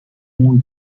owned